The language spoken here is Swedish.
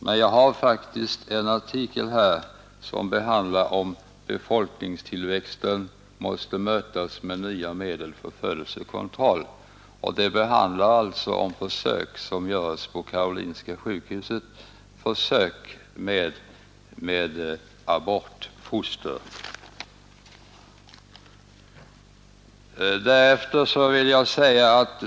Men jag har faktiskt en artikel här som handlar om att befolkningstillväxten måste mötas med nya medel för födelsekontroll, och den handlar alltså om försök med abortfoster som görs på Karolinska sjukhuset.